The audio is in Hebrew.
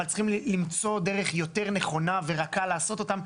אבל צריכים למצוא דרך יותר נכונה ורכה לעשות אותם,